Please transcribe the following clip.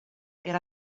era